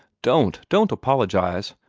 don't, don't apologize!